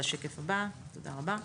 תודה רבה.